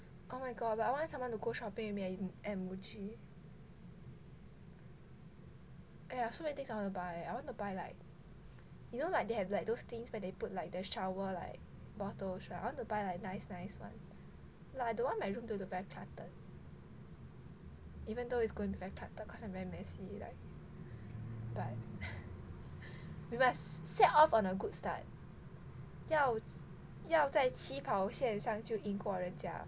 oh my god but I want someone to go shopping with me at Muji !aiya! so many things I wanna buy I want to buy like you know like they have like those things where they put like the shower like bottles [right] I want to buy like nice nice one like I don't want my room to look very cluttered even though is going to be very cluttered because I'm very messy like but we must set off on a good start 要要在起跑线上就赢过人家